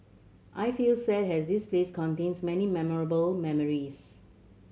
I feel sad as this place contains many memorable memories